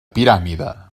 piràmide